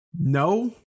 No